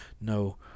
no